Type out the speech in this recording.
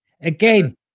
Again